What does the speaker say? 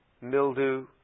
mildew